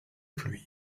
pluie